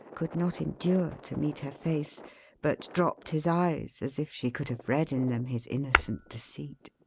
could not endure to meet her face but dropped his eyes, as if she could have read in them his innocent deceit.